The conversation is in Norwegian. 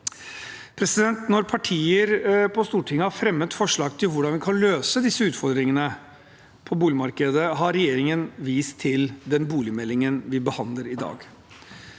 Når partier på Stortinget har fremmet forslag til hvordan vi kan løse disse utfordringene på boligmarkedet, har regjeringen vist til den boligmeldingen vi behandler i dag.